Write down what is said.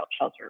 shelter